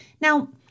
Now